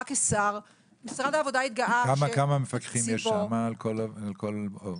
כמה מפקחים יש שם בדוח?